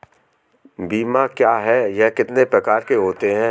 बीमा क्या है यह कितने प्रकार के होते हैं?